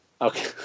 Okay